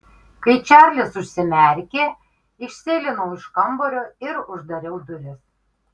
kai čarlis užsimerkė išsėlinau iš kambario ir uždariau duris